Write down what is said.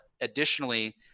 Additionally